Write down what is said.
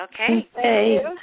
Okay